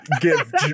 give